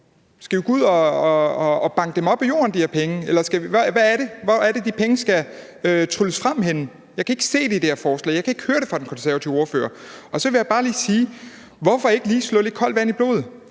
Skal vi gå ud og banke de her penge op af jorden? Hvor er det, de penge skal trylles frem henne? Jeg kan ikke se det i det her forslag, og jeg kan ikke høre den konservative ordfører sige det. Og så vil jeg bare lige sige: Hvorfor ikke lige slå lidt koldt vand i blodet